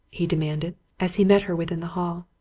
he demanded, as he met her within the hall.